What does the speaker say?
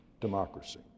democracy